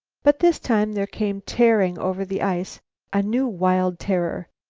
but this time there came tearing over the ice a new wild terror,